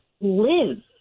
live